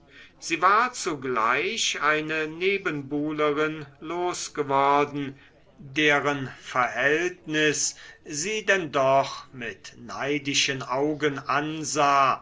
sie war zugleich eine nebenbuhlerin losgeworden deren verhältnis sie denn doch mit neidischen augen ansah